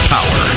Power